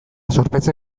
zorpetze